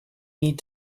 need